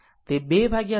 તે 2 √3 1